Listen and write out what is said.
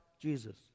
Jesus